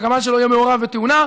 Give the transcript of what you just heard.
הגמל שלו יהיה מעורב בתאונה,